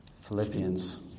philippians